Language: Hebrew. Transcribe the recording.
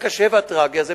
הקשה והטרגי הזה,